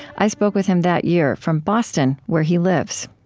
i spoke with him that year from boston, where he lives